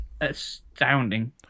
astounding